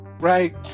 right